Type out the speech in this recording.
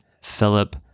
Philip